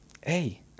hey